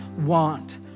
want